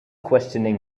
questioning